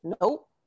Nope